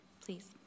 Please